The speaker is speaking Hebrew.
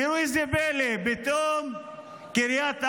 תראו זה פלא: פתאום קריית ארבע,